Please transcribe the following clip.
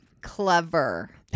clever